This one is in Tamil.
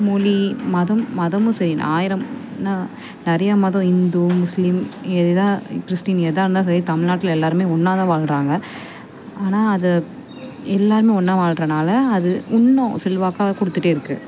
மொழி மதம் மதமும் சரி ஆயிரம் நிறைய மதம் இந்து முஸ்லீம் எ எதாக கிறிஸ்டின் எதாக இருந்தாலும் சரி தமிழ்நாட்டுல எல்லாேருமே ஒன்றா தான் வாழ்றாங்க ஆனால் அதை எல்லாேருமே ஒன்றா வாழ்றனால அது இன்னும் செல்வாக்காக கொடுத்துட்டே இருக்குது